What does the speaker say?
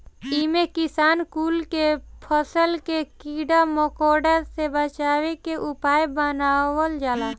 इमे किसान कुल के फसल के कीड़ा मकोड़ा से बचावे के उपाय बतावल जाला